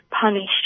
punished